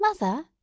Mother